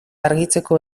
argitzeko